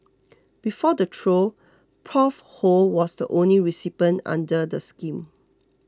before the trio Prof Ho was the only recipient under the scheme